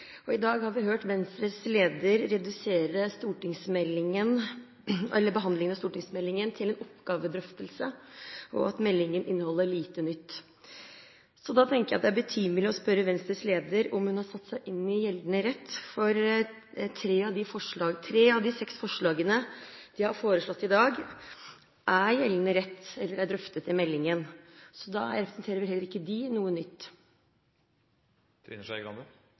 og i dag har vi hørt Venstres leder redusere behandlingen av stortingsmeldingen til «en drøftingsoppgave», og at «meldingen inneholder lite nytt». Så da tenker jeg at det er betimelig å spørre Venstres leder om hun har satt seg inn i gjeldende rett. For tre av de seks forslagene Venstre har fremmet i dag, er gjeldende rett, eller er drøftet i meldingen, så da representerer vel heller ikke de noe nytt?